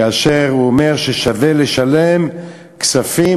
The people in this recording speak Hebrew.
כאשר הוא אומר ששווה לשלם כספים,